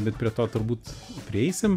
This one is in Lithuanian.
bet prie to turbūt prieisim